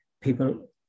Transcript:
people